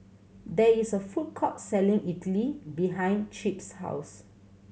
there is a food court selling idly behind Chip's house